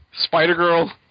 Spider-Girl